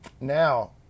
Now